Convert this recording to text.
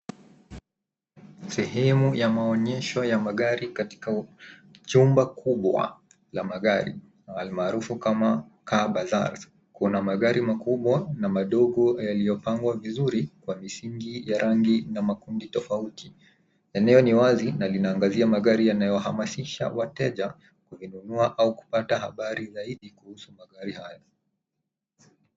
Masehemu ya maonyesho ya magari katika chumba kubwa la magari almaarufu kama ka bazaars . Kuna magari makubwa na madogo yaliopangwa vizuri kwa misingi ya rangi na makundi tofauti. Eneo ni wazi na linaangazia magari yanayo hamasisha wateja kuinunua au kupata habari zaidi kuhusu magari haya.